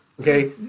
Okay